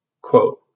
Quote